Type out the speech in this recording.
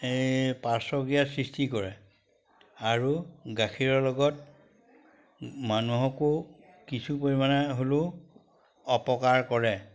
এই পাৰ্শ্বক্ৰীয়াৰ সৃষ্টি কৰে আৰু গাখীৰৰ লগত মানুহকো কিছু পৰিমাণে হ'লেও অপকাৰ কৰে